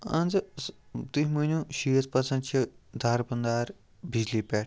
مان ژٕ تُہۍ مٲنِو شیٖتھ پٔرسَنٛٹ چھُ دارومدار بِجلی پٮ۪ٹھ